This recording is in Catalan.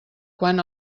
quan